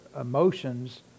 emotions